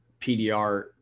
PDR